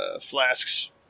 flasks